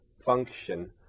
function